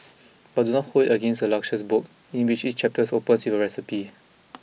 but do not hold it against this luscious book in which each chapter opens with a recipe